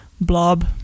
blob